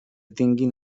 tingui